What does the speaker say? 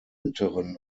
älteren